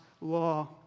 law